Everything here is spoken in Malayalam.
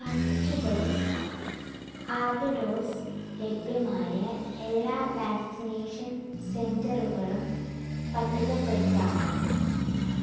ഫസ്റ്റ് ഡോസ് ആദ്യ ഡോസ് ലഭ്യമായ എല്ലാ വാക്സിനേഷൻ സെൻറ്ററുകളും പട്ടികപ്പെടുത്താമോ